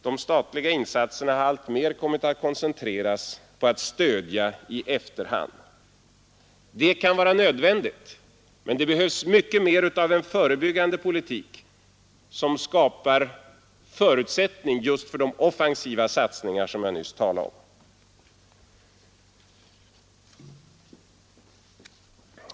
De statliga insatserna har alltmer kommit att koncentreras på att stödja i efterhand. Det kan vara nödvändigt — men det behövs mycket mer av en förebyggande politik som skapar förutsättningar just för de offensiva satsningar som jag nyss talade om.